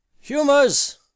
humours